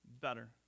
better